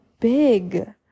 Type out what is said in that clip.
big